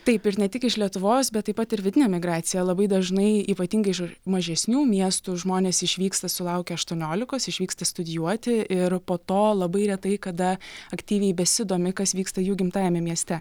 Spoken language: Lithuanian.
taip ir ne tik iš lietuvos bet taip pat ir vidinė migracija labai dažnai ypatingai iš mažesnių miestų žmonės išvyksta sulaukę aštuoniolikos išvyksta studijuoti ir po to labai retai kada aktyviai besidomi kas vyksta jų gimtajame mieste